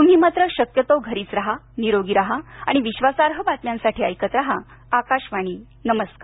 तुम्ही मात्र शक्यतो घरीच राहा निरोगी राहा आणि विश्वासार्ह बातम्यांसाठी ऐकत राहा आकाशवाणी नमस्कार